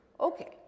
Okay